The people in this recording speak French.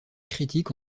critique